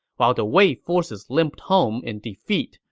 while the wei forces limped home in defeat,